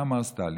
מה אמר סטלין?